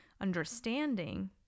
understanding